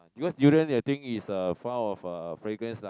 because durian I think is uh far of uh fragrance lah